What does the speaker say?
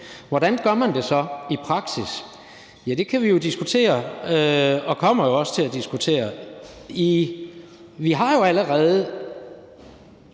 Hvordan gør man det så i praksis? Ja, det kan vi jo diskutere og kommer jo også til at diskutere. Vi har jo allerede